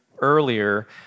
earlier